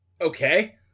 Okay